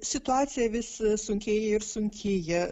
situacija vis sunkėja ir sunkėja